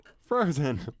Frozen